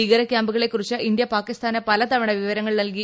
ഭീകര ക്യാമ്പുകളെകുറിച്ച് ഇന്ത്യ പാകിസ്ഥാന് പലതവണം വിവരങ്ങൾ നൽകി